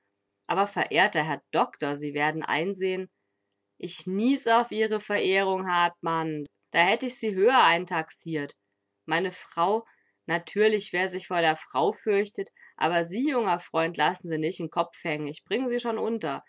aber verehrter herr doktor sie werden einsehen ich nies auf ihre verehrung hartmann da hätt ich sie höher eintaxiert meine frau natürlich wer sich vor der frau fürchtet aber sie junger freund lassen sie nich n kopf hängen ich bring sie schon unter